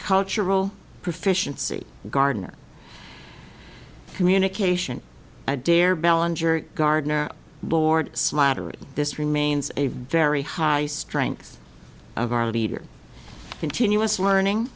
cultural proficiency gardener communication adair bellenger gardner board slattery this remains a very high strength of our leader continuous learning